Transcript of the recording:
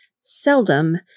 seldom